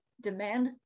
demand